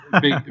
big